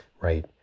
Right